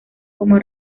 como